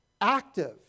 active